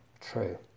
True